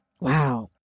Wow